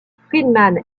friedman